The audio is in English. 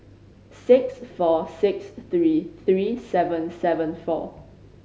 six four six three three seven seven four